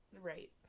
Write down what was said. Right